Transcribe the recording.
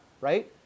right